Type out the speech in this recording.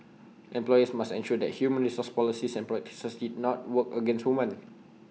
employers must ensure that human resource policies and practices not work against women